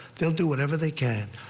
they will do whatever they can.